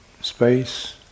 space